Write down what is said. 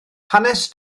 hanes